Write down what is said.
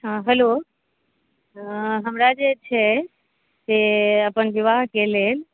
हँ हेलो हमरा जे छै से अपन विवाहके लेल